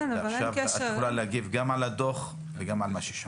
את יכולה להגיב גם על הדוח וגם על מה ששמעת.